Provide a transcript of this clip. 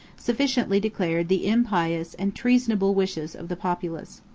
sufficiently declared the impious and treasonable wishes of the populace.